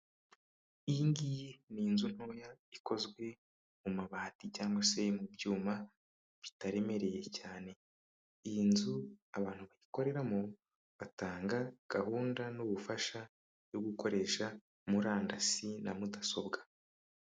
Iyi ngiyi ni inzu ntoya ikozwe mu mabati cyangwa se mu byuma bitaremereye cyane, iyi nzu abantu bayikoreramo batanga gahunda n'ubufasha byo gukoresha murandasi na mudasobwa.